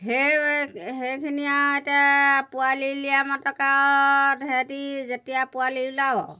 সেই সেইখিনি আৰু এতিয়া পোৱালি উলিওয়া মাত্ৰক আৰু সিহঁতে যেতিয়া পোৱালি উলিয়াব